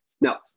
Now